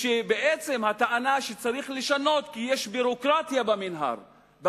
כאשר בעצם הטענה היא שצריך לשנות כי יש ביורוקרטיה במינהל.